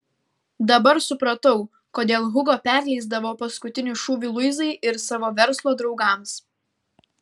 dabar supratau kodėl hugo perleisdavo paskutinį šūvį luizai ir savo verslo draugams